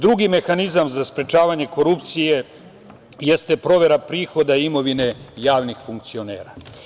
Drugi mehanizam za sprečavanje korupcije jeste provera prihoda imovine javnih funkcionera.